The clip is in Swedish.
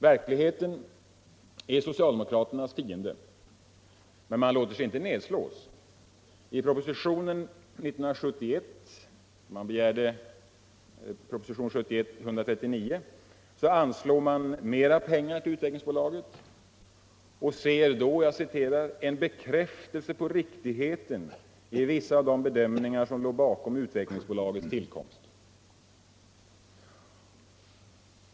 Verkligheten är socialdemokraternas fiende. Men man låter sig inte nedslås. I propositionen 1971:139 anslår man mera pengar till Utvecklingsbolaget och ser då ”en bekräftelse på riktigheten i vissa av de bedömningar som låg bakom utvecklingsbolagets tillkomst”.